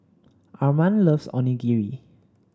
Armand loves Onigiri